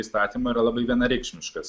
įstatymo yra labai vienareikšmiškas